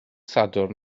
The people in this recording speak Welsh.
sadwrn